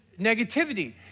negativity